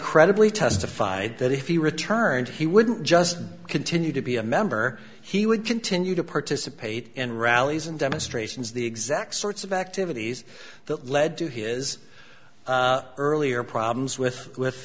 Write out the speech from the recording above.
credibly testified that if you returned he wouldn't just continue to be a member he would continue to participate in rallies and demonstrations the exact sorts of activities that led to his earlier problems with with